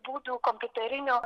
būdų kompiuterinio